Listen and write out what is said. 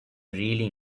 really